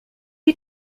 you